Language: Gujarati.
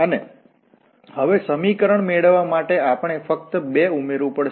અને હવે સમીકરણ મેળવવા માટે આપણે ફક્ત 2 ઉમેરવું પડશે